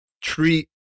treat